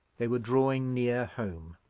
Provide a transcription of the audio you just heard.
they were drawing near home.